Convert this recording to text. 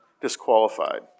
disqualified